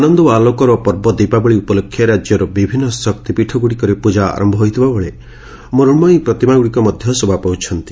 ଆନନ୍ଦ ଓ ଆଲୋକର ପର୍ବ ଦୀପାବଳି ଉପଲକ୍ଷେ ରାଜ୍ୟର ବିଭିନ୍ନ ଶକ୍ତିପୀଠଗୁଡ଼ିକରେ ପ୍ଟଜା ଆରମ୍ ହୋଇଥିବାବେଳେ ମୃଣ୍ଣୟୀ ପ୍ରତିମାଗୁଡ଼ିକ ମଧ୍ଧ ଶୋଭା ପାଉଛନ୍ତି